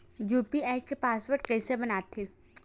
UPI के password कइसे बनाथे?